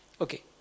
Okay